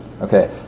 Okay